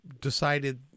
decided